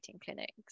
clinics